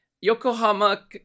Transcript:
Yokohama